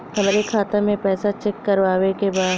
हमरे खाता मे पैसा चेक करवावे के बा?